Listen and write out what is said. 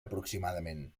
aproximadament